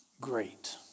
great